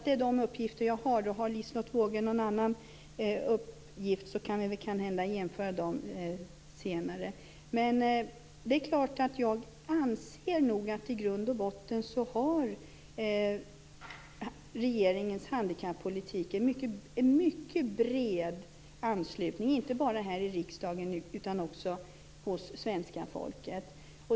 Det är de uppgifter jag har. Om Liselotte Wågö har någon annan uppgift kan vi kanske jämföra dem senare. Jag anser nog att i grund och botten har regeringens handikappolitik en mycket bred anslutning, inte bara här i riksdagen utan också hos svenska folket.